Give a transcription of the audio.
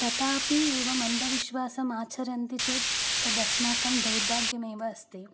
तदापि एवम् अन्धविश्वासम् आचरन्ति चेत् तदस्माकं दौर्भाग्यमेव अस्ति